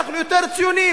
אנחנו יותר ציונים,